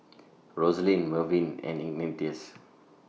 Roselyn Mervyn and Ignatius